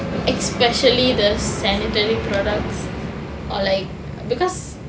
especially the sanitory products or like because